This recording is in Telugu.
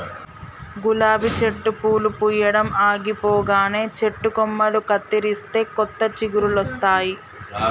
గులాబీ చెట్టు పూలు పూయడం ఆగిపోగానే చెట్టు కొమ్మలు కత్తిరిస్తే కొత్త చిగురులొస్తాయి